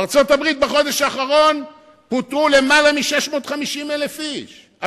בארצות-הברית פוטרו למעלה מ-650,000 איש בחודש האחרון.